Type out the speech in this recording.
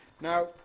Now